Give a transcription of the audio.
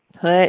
put